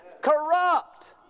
corrupt